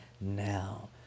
now